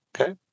Okay